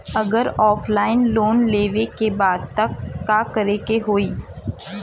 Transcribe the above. अगर offline loan लेवे के बा त का करे के होयी?